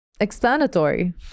explanatory